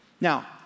Now